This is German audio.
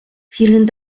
vielen